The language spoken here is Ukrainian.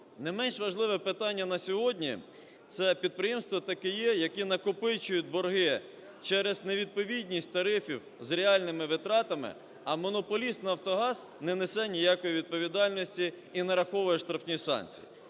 Не менш важливе питання на сьогодні – це підприємства ТКЕ, які накопичують борги через невідповідність тарифів з реальними витратами, а монополіст "Нафтогаз" не несе ніякої відповідальності і нараховує штрафні санкції.